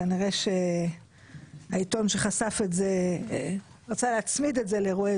כנראה שהעיתון שחשף את זה רצה להצמיד את זה לאירועי